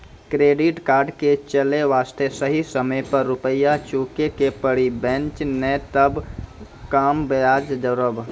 Credit card के चले वास्ते सही समय पर रुपिया चुके के पड़ी बेंच ने ताब कम ब्याज जोरब?